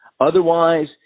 Otherwise